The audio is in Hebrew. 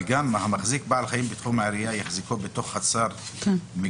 "המחזיק בעל חיים בתחום העירייה יחזיקו בתוך חצר מגודרת".